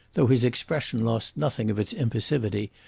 though his expression lost nothing of its impassivity,